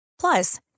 Plus